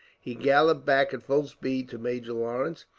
he galloped back at full speed to major lawrence,